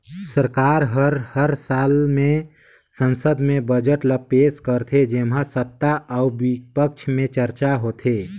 सरकार हर साल में संसद में बजट ल पेस करथे जेम्हां सत्ता अउ बिपक्छ में चरचा होथे